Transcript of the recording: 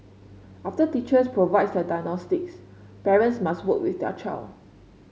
after teachers provide that diagnostics parents must work with their child